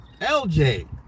LJ